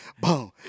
boom